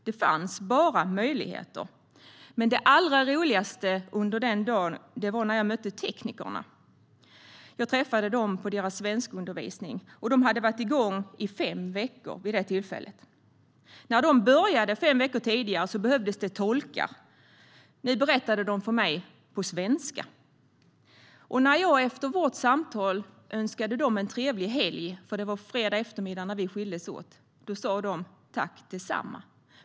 Det fanns bara möjligheter. Men det allra roligaste under den dagen var när jag mötte teknikerna. Jag träffade dem på deras svenskundervisning. De hade varit igång i fem veckor vid det tillfället. När de började fem veckor tidigare behövdes det tolkar. Nu berättade de för mig på svenska. När jag efter vårt samtal önskade dem en trevlig helg, eftersom det var fredag eftermiddag när vi skildes åt, sa de: Tack detsamma!